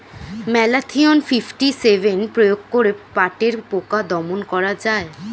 Malathion fifty seven প্রয়োগ করে পাটের পোকা দমন করা যায়?